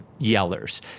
yellers